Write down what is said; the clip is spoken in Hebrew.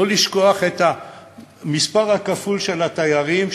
לא לשכוח את המספר הכפול של התיירים,